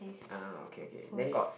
uh okay okay then got